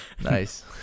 Nice